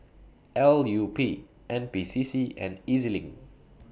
L U P N P C C and Ez LINK